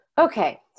Okay